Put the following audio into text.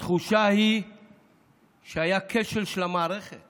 התחושה היא שהיה כשל של המערכת